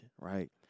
right